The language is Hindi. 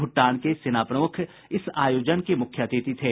भूटान के सेना प्रमूख इस आयोजन के मुख्य अतिथि थे